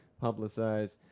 publicized